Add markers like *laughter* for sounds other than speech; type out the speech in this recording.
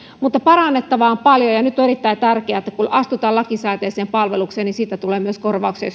mutta parannettavaa on paljon ja nyt on erittäin tärkeää että kun astutaan lakisääteiseen palvelukseen niin siitä tulee myös korvauksia *unintelligible*